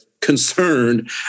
concerned